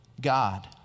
God